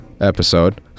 episode